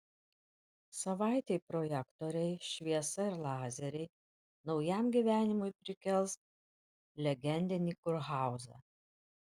savaitei projektoriai šviesa ir lazeriai naujam gyvenimui prikels legendinį kurhauzą